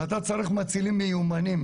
אתה צריך מצילים מיומנים,